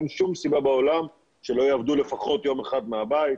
אין שום סיבה בעולם שלא יעבדו לפחות יום אחד מהבית,